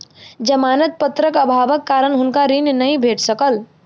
जमानत पत्रक अभावक कारण हुनका ऋण नै भेट सकल